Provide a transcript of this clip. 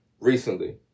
recently